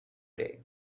day